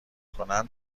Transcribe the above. کنند